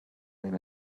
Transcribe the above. win